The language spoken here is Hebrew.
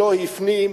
שלא הפנים,